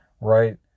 right